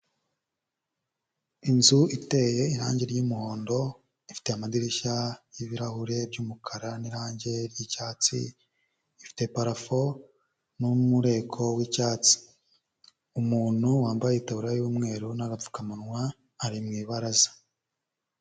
Inzu iteye irangi ry'umuhondo, ifite amadirishya y'ibirahure by'umukara n'irange ry'icyatsi, ifite parafo n'umureko w'icyatsi. Umuntu wambaye ikataburiya y'umweru n' agapfukamunwa, ari mu ibaraza.